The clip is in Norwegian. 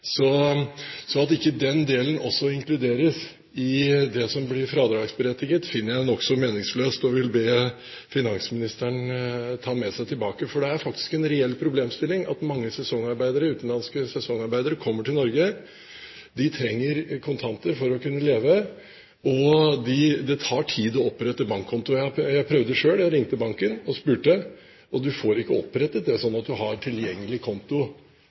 Så jeg finner det nokså meningsløst at ikke den delen også inkluderes i det som blir fradragsberettiget, og jeg vil be finansministeren ta med seg det tilbake. For det er faktisk en reell problemstilling at mange utenlandske sesongarbeidere kommer til Norge. De trenger kontanter for å kunne leve, og det tar tid å opprette en bankkonto. Jeg prøvde selv, jeg ringte banken og spurte, og du får ikke opprettet en konto som er tilgjengelig